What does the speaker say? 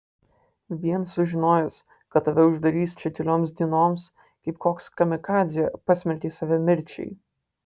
vien sužinojęs kad tave uždarys čia kelioms dienoms kaip koks kamikadzė pasmerkei save mirčiai